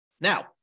Now